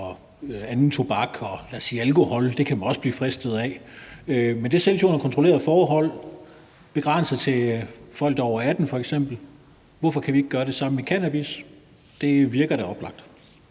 og andet tobak, og lad os sige alkohol. Det kan man også blive fristet af. Men det sælges under kontrollerede forhold og er begrænset til folk, der er over 18 år f.eks. Hvorfor kan vi ikke gøre det samme med cannabis? Det virker da oplagt.